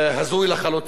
הזוי לחלוטין,